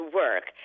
work